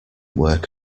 work